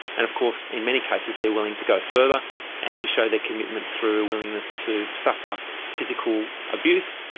and of course in many cases they are willing to go further and to show their commitment through willingness to suffer physical abuse,